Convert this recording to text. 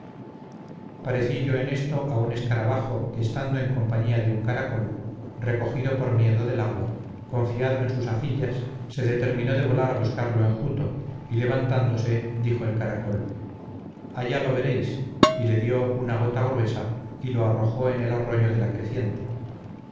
parecí yo en esto a un escarabajo que estando en compañía de un caracol recogido por miedo del agua confiado en sus afillas se determinó de volar a buscar lo enjuto y levantándose dijo el caracol allá lo veréis y le dio una gota gruesa y lo arrojó en el arroyo de la creciente